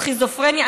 סכיזופרניה,